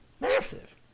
Massive